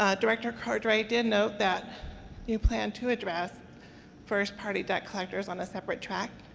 ah director cordray did note that you plan to address first-party debt collectors on a separate track.